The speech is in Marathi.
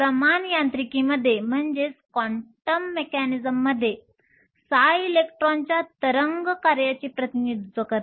प्रमाण यांत्रिकीमध्ये ψ इलेक्ट्रॉनच्या तरंग कार्याचे प्रतिनिधित्व करते